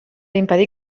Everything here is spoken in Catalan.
impedir